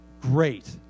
great